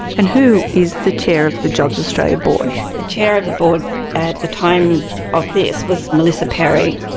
and who is the chair of the jobs australia board? the chair of the board at the time of this was melissa perry.